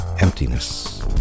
emptiness